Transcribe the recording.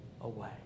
away